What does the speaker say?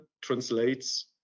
translates